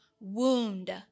wound